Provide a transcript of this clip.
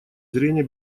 зрения